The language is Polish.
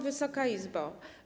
Wysoka Izbo!